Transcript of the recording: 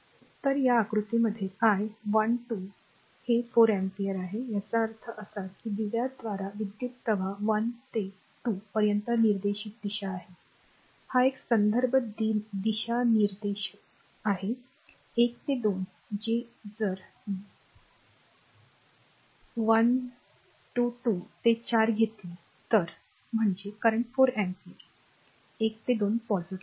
तर या आकृतीमध्ये I12हे 4 एम्पीअर आहे याचा अर्थ असा की दिव्या द्वारा विद्युत् प्रवाह 1 ते 2 पर्यंत निर्देशित दिशा आहे हा एक संदर्भ दिशानिर्देश आहे 1 ते 2 जे जर 12 ते 4 घेतली तर म्हणजे करंट 4 एम्पीयर 1 ते 2 पॉझिटिव्ह वाहतो